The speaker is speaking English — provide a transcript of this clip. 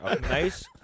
nice